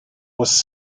was